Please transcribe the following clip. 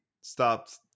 stopped